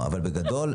בגדול,